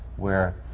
where